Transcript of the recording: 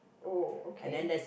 oh okay